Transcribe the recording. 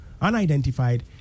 unidentified